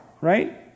right